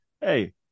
Hey